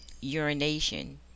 urination